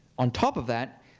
on top of that,